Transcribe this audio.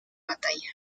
batalla